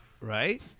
Right